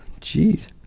Jeez